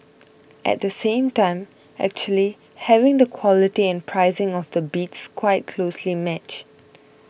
at the same time actually having the quality and pricing of the bids quite closely matched